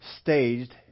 staged